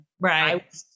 Right